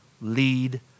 lead